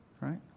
Right